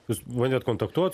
jūs bandėt kontaktuot